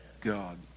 God